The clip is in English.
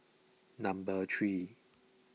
number three